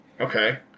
Okay